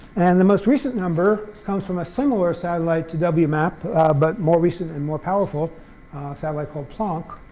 and the most recent number comes from a similar satellite to wmap but more recent and more powerful satellite called planck,